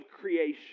creation